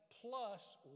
plus